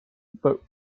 but